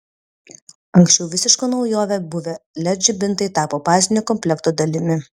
anksčiau visiška naujove buvę led žibintai tapo bazinio komplekto dalimi